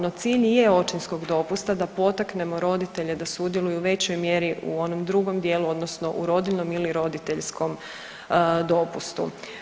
No cilj i je očinskog dopusta da potaknemo roditelje da sudjeluju u većoj mjeri u onom drugom dijelu odnosno u rodiljnom ili roditeljskom dopustu.